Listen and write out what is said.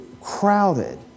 crowded